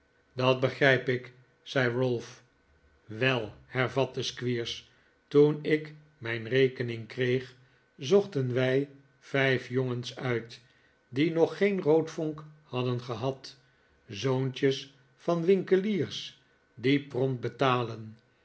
dat begrijp ik zei ralph wel hervatte squeers toen ik mijn rekening kreeg zochten wij vijf jongens uit die nog geen roodvonk hadden gehad zoontjes van winkeliers die prompt betalen